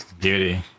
Beauty